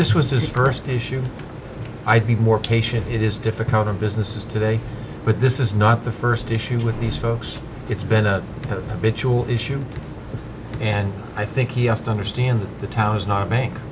this was his first issue i'd be more patient it is difficult on businesses today but this is not the first issue with these folks it's been a ritual issue and i think he has to understand that the town is not a bank